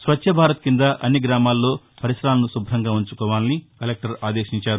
స్వచ్చ భారత్ కింద అన్ని గ్రామాల్లో పరిసరాలను శుభ్రంగా ఉంచుకోవాలని కలెక్టర్ ఆదేశించారు